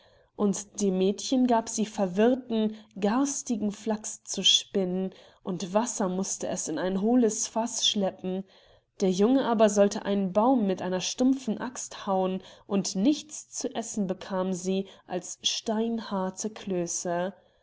und dem mädchen gab sie verwirrten garstigen flachs zu spinnen und wasser mußte es in ein hohles faß schleppen der jung aber sollte einen baum mit einer stumpfen axt hauen und nichts zu essen bekamen sie als steinharte klöse